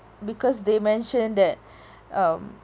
because they mentioned that um